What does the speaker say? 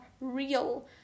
real